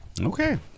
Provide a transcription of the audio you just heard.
Okay